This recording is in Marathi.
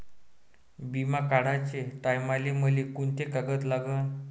बिमा काढाचे टायमाले मले कोंते कागद लागन?